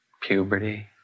puberty